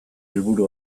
helburu